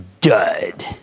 dud